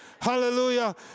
hallelujah